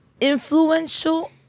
influential